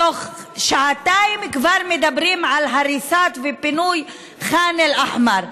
תוך שעתיים כבר מדברים על הריסה ופינוי של ח'אן אל-אחמר.